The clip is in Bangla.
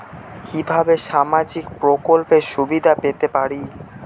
কিভাবে সামাজিক প্রকল্পের সুবিধা পেতে পারি?